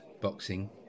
boxing